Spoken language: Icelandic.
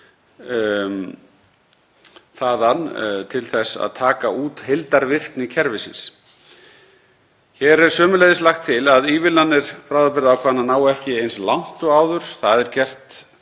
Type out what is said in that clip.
þaðan til þess að taka út heildarvirkni kerfisins. Hér er sömuleiðis lagt til að ívilnanir bráðabirgðaákvæðanna nái ekki eins langt og áður. Það er gert